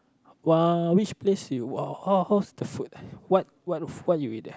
!wah! which place you ho~ how's the food what what what you eat there